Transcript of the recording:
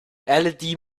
led